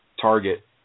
target